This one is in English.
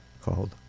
called